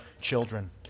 children